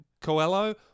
Coelho